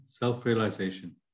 Self-realization